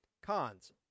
Cons